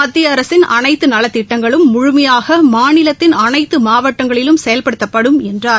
மத்திய அரசின் அனைத்து நலத்திட்டங்களும் முழுமையாக மாநிலத்தின் அனைத்து மாவட்டங்களிலும் செயல்படுத்தப்படும் என்றார்